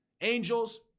Angels